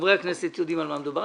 חברי הכנסת יודעים על מה מדובר.